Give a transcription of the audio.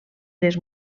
les